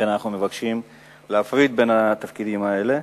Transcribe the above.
לכן אנחנו מבקשים להפריד בין התפקידים האלה.